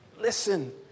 listen